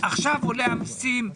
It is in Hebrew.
עכשיו עולה המסים,